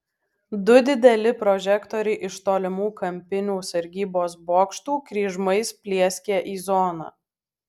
du dideli prožektoriai iš tolimų kampinių sargybos bokštų kryžmais plieskė į zoną